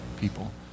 people